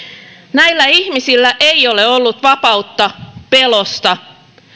näillä ihmisillä ei ole ollut vapautta pelosta